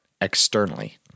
externally